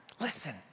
Listen